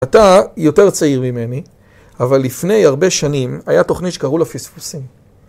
אתה יותר צעיר ממני, אבל לפני הרבה שנים היה תוכנית שקראו לה פספוסים.